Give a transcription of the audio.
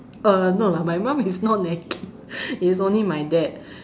uh no lah my mom is not naggy it's only my dad